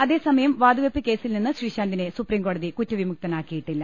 അതേസമയം വാതുവെപ്പ് കേസിൽ നിന്ന് ശ്രീശാന്തിനെ സുപ്രീംകോടതി കുറ്റവിമുക്തനാക്കിയിട്ടില്ല